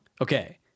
Okay